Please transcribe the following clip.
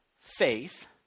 faith